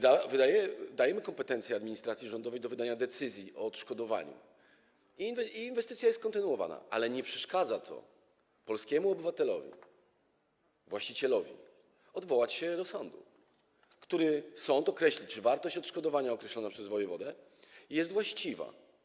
Dajemy kompetencje administracji rządowej do wydawania decyzji o odszkodowaniu i inwestycja jest kontynuowana, ale nie przeszkadza to polskiemu obywatelowi, właścicielowi odwołać się do sądu, a sąd określi, czy wartość odszkodowania określona przez wojewodę jest właściwa.